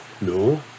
No